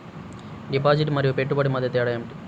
Deposit మరియు పెట్టుబడి మధ్య తేడా ఏమిటి?